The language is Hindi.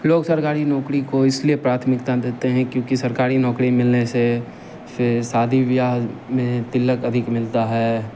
लोग सरकारी नौकरी को इसलिए प्राथमिकता देते हैं क्योंकि सरकारी नौकरी मिलने से से शादी विवाह में तिलख अधिक मिलता है